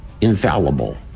infallible